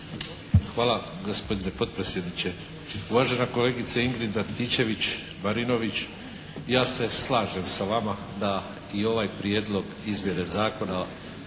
Hvala gospodine potpredsjedniče. Uvažena kolegice Ingrid Antičević-Marinović ja se slažem sa vama da i ovaj Prijedlog izmjene Zakona